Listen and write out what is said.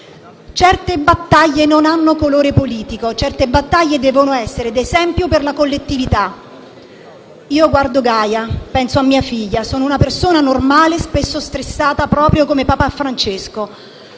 Certe battaglie non hanno colore politico; certe battaglie devono essere d'esempio per la collettività. Io guardo Gaia e penso a mia figlia. Sono una persona normale, spesso stressata proprio come papà Francesco.